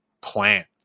plant